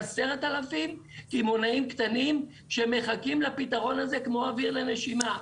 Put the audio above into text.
כ-10,000 קמעונאים קטנים שמחכים לפתרון הזה כמו אוויר לנשימה.